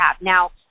now